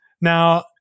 Now